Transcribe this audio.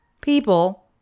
people